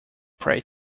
pray